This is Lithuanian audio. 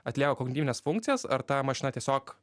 atlieka kognityvines funkcijas ar ta mašina tiesiog